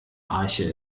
arche